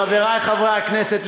חברי חברי הכנסת,